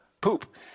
poop